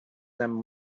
them